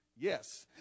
Yes